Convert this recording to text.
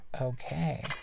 Okay